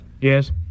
Yes